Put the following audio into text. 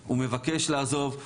הוא מבקש לעזוב,